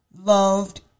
loved